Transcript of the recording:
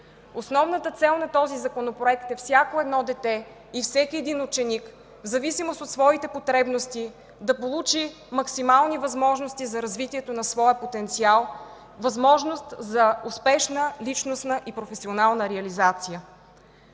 Основната цел на Законопроекта е всяко едно дете и всеки един ученик в зависимост от своите потребности да получи максимални възможности за развитието на своя потенциал, възможност за успешна личностна и професионална реализация.